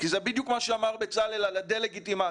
כי זה בדיוק מה שאמר בצלאל על הדה-לגיטימציה.